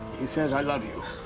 he says i love you